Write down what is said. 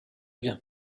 bien